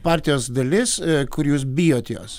partijos dalis kur jūs bijotės